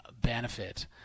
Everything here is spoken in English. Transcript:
benefit